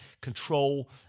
control